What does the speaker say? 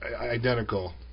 identical